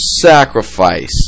sacrifice